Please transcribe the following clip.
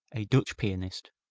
a dutch pianist,